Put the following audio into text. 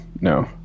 No